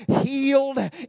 healed